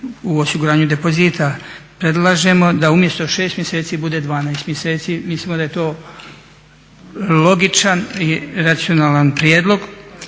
u osiguranju depozita. Predlažemo da umjesto 6 mjeseci bude 12 mjeseci. Mislimo da je to logičan i racionalan prijedlog